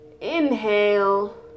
inhale